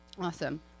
Awesome